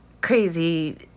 crazy